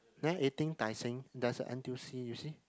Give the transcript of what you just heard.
there eighteen Tai-Seng there's a N_T_U_C you see